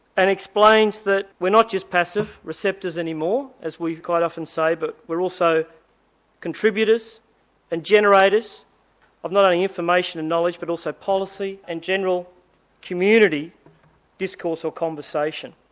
and explains that we're not just passive receptors anymore, as we quite often say, but we're also contributors and generators of not only information and knowledge but also policy and general community discourse or conversation.